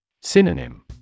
Synonym